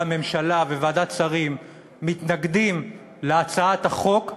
והממשלה וועדת השרים מתנגדות להצעת החוק,